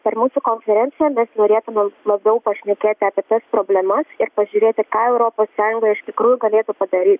per mūsų konferenciją mes norėtume labiau pašnekėti apie tas problemas ir pažiūrėti ką europos sąjunga iš tikrųjų galėtų padary